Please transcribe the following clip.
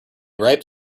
ripe